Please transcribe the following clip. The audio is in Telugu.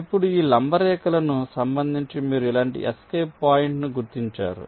ఇప్పుడు ఈ లంబ రేఖలకు సంబంధించి మీరు ఇలాంటి ఎస్కేప్ పాయింట్ను గుర్తించారు